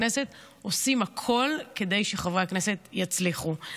הכנסת עושים הכול כדי שחברי הכנסת יצליחו.